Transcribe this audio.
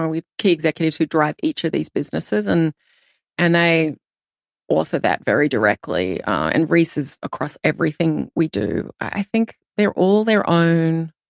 or we have key executives who drive each of these businesses. and and they author that very directly. and reese is across everything we do. i think they're all their own.